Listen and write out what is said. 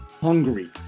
hungry